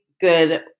good